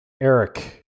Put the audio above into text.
Eric